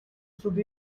through